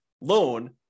loan